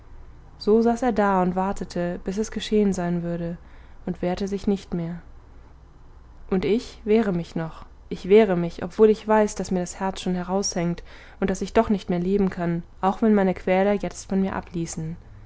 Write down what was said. so saß er da und wartete bis es geschehen sein würde und wehrte sich nicht mehr und ich wehre mich noch ich wehre mich obwohl ich weiß daß mir das herz schon heraushängt und daß ich doch nicht mehr leben kann auch wenn meine quäler jetzt von mir abließen